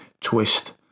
twist